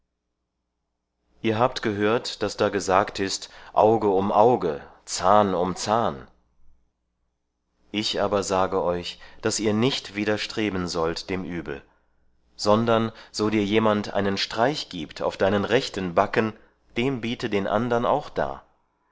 ihr habt gehört daß da gesagt ist auge um auge zahn um zahn ich aber sage euch daß ihr nicht widerstreben sollt dem übel sondern so dir jemand einen streich gibt auf deinen rechten backen dem biete den andern auch dar